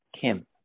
Kim